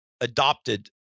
adopted